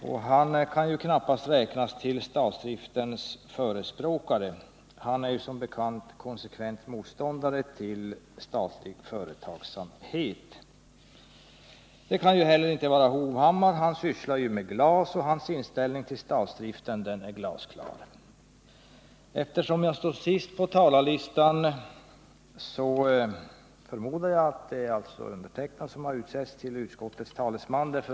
Fritz Börjesson kan knappast räknas till statsdriftens förespråkare. Han är som bekant motståndare till statlig företagsamhet. Erik Hovhammar kan heller inte vara utskottets talesman. Han sysslar ju med glas, och hans inställning till statsdriften är glasklar. Eftersom jag står sist på talarlistan förmodar jag att det är jag som har utsetts till utskottets talesman.